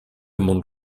mont